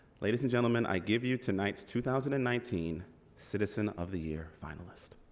ladies and gentlemen i give you tonight's two thousand and nineteen citizen of the year finalists.